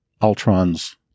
Ultron's